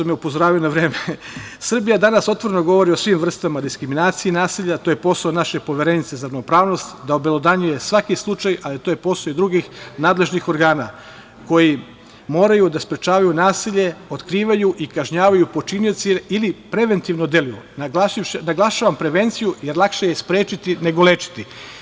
Srbija danas otvoreno govori o svim vrstama diskriminacije i nasilja, a to je posao naše Poverenice za ravnopravnost da obelodanjuje svaki slučaj, ali to je posao i drugih nadležnih organa koji moraju da sprečavaju nasilje, otkrivaju i kažnjavaju počinioce ili preventivno deluju, naglašavam prevenciju jer lakše je sprečiti nego lečiti.